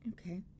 Okay